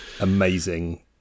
amazing